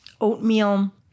oatmeal